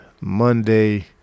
monday